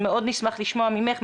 מאוד נשמח לשמוע ממך,